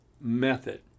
method